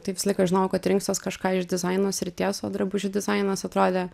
tai visą laiką žinojau kad rinksiuos kažką iš dizaino srities o drabužių dizainas atrodė